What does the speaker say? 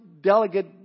delegate